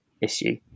issue